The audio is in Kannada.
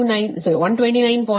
806 ಕೋನ 5